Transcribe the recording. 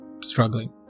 struggling